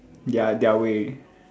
ya their way